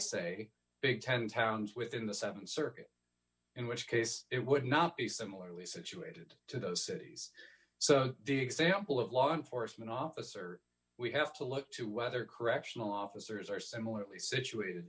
say big tent towns within the th circuit in which case it would not be similarly situated to those cities so the example of law enforcement officer we have to look to whether correctional officers are similarly situated